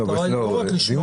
המטרה היא לא רק לשמוע...